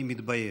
אני מתבייש,